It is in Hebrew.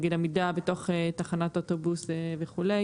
נגיד עמידה בתחנת אוטובוס וכו',